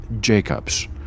Jacobs